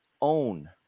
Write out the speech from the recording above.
own